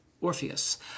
Orpheus